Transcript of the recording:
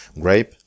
grape